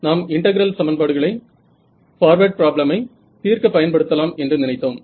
நாம் இன்டகிரல் சமன்பாடுகளை பார்வேர்ட் பிராப்ளமை தீர்க்க பயன்படுத்தலாம் என்று நினைத்தோம்